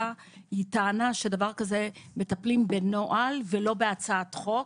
היא טענה שבדבר כזה מטפלים בנוהל ולא בהצעת חוק.